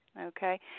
okay